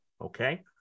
okay